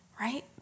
right